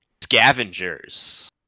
scavengers